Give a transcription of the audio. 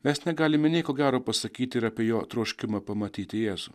mes negalime nieko gero pasakyti apie jo troškimą pamatyti jėzų